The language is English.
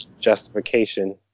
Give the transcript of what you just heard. justification